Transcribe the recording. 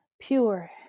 pure